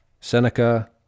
Seneca